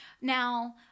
Now